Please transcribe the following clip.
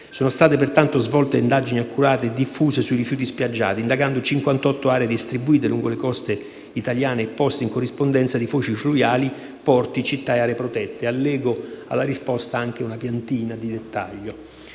Sono state pertanto svolte indagini accurate e diffuse sui rifiuti spiaggiati, indagando 58 aree distribuite lungo le coste italiane e poste in corrispondenza di foci fluviali, porti, città e aree protette (alla risposta è allegata anche una piantina di dettaglio),